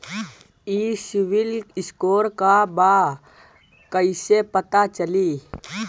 ई civil score का बा कइसे पता चली?